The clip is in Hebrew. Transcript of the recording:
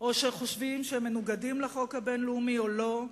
או שחושבים שהם מנוגדים לחוק הבין-לאומי או לא.